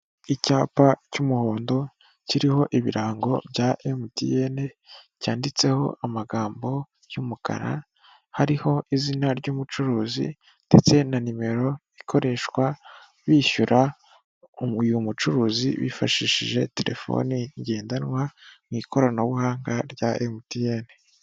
Icyapa cy'umuhondo kiriho ibirango bya emutiyeni, cyanditseho amagambo y'umukara hariho izina ry'umucuruzi ndetse na nimero ikoreshwa bishyura uyu mucuruzi bifashishije telefoni ngendanwa mu ikoranabuhanga rya emutiyeni.